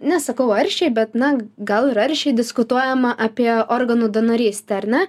nesakau aršiai bet na gal ir aršiai diskutuojama apie organų donorystę ar ne